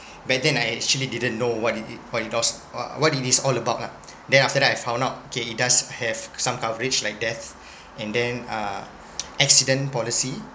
back then I actually didn't know what it is what it does or what it is all about lah then after that I found out okay it does have some coverage like death and then uh accident policy